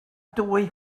dwy